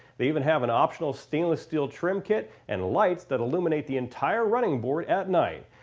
they even have an optional stainless steel trim kit and lights that illuminate the entire running board at night.